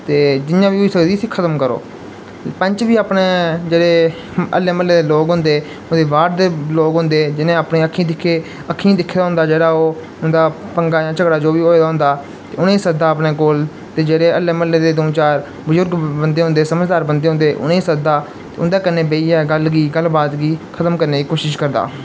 ते जियां बी होई सकदी इसी खतम करो पैंच बी अपने जेह्ड़े अल्ले म्हल्ले दो लोग होंदे ओह्दे बाद दे लोग होंदे जिनें अपनी अक्खीं दिक्खे अक्खीं दिक्खे दा होंदा ओह् जेह्ड़ा ओह् उं'दा ओह् पंगा जां झगड़ा जो बी होए दा होंदा उ'नेंगी सद्ददा अपने कोल ते जेह्ड़े अल्ले म्हल्ले दे द'ऊं चार बजुर्ग बंदे होंदे समझदार बंदे होंदे उ'नेंगी सद्ददा ते उंदे कन्नै बेहियै गल्ल गी गल्ल बात गी खतम करने दी कोशश करदा